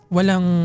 Walang